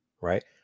Right